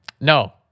No